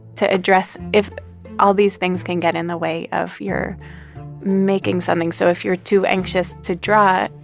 to address if all these things can get in the way of your making something. so if you're too anxious to draw,